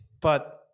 but-